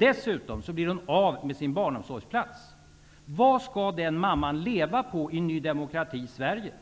Dessutom blir hon av med sin barnomsorgsplats. Vad skall den mamman leva på i Ny demokratis Sverige?